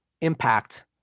impact